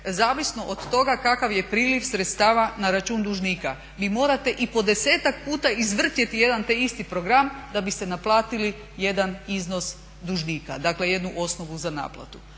zavisno od toga kakav je priljev sredstava na račun dužnika. Vi morate i po 10-ak puta izvrtjeti jedan te isti program da biste naplatili jedan iznos dužnika, dakle jednu osnovu za naplatu.